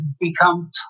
become